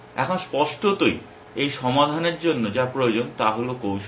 এখন স্পষ্টতই এই সমাধানের জন্য যা প্রয়োজন তা হল কৌশল